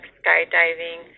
skydiving